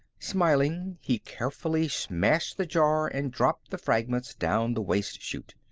smiling, he carefully smashed the jar and dropped the fragments down the waste chute.